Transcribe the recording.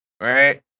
right